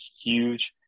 huge